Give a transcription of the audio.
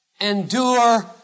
endure